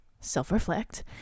self-reflect